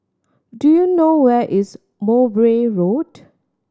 do you know where is Mowbray Road